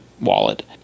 wallet